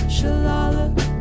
Shalala